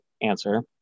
answer